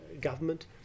government